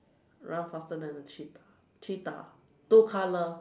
run faster than a cheetah cheetah two color